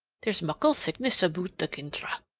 there's muckle sickness aboot the kintra.